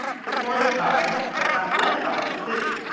supported by, but not led by, the city.